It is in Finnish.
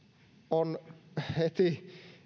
on heti